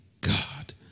God